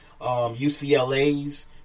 UCLA's